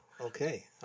okay